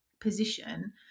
position